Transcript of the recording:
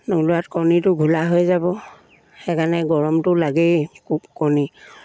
নোলোৱাত কণীটো ঘোলা হৈ যাব সেইকাৰণে গৰমটো লাগেই কণী